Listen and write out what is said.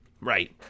right